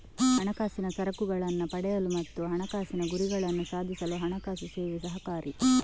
ಹಣಕಾಸಿನ ಸರಕುಗಳನ್ನ ಪಡೆಯಲು ಮತ್ತು ಹಣಕಾಸಿನ ಗುರಿಗಳನ್ನ ಸಾಧಿಸಲು ಹಣಕಾಸು ಸೇವೆ ಸಹಕಾರಿ